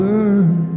Burn